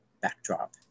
backdrop